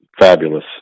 fabulous